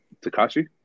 Takashi